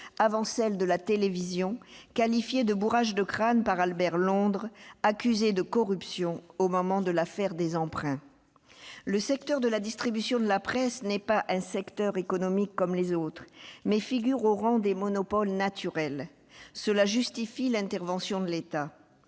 avant celle de la télévision, qualifiée de « bourrage de crâne » par Albert Londres, et elle était accusée de corruption au moment de l'affaire des emprunts. Le secteur de la distribution de la presse n'est pas un secteur économique comme les autres : il figure au rang des « monopoles naturels », ce qui justifie l'intervention de l'État.